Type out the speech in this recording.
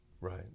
Right